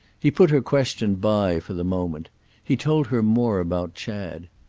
he put her question by for the moment he told her more about chad.